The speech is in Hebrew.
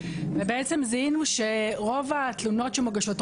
ובעצם זיהינו שרוב התלונות שמוגשות,